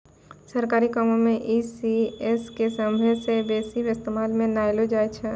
सरकारी कामो मे ई.सी.एस के सभ्भे से बेसी इस्तेमालो मे लानलो जाय छै